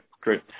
Great